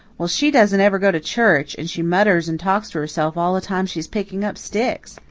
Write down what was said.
well, she doesn't ever go to church, and she mutters and talks to herself all the time she's picking up sticks,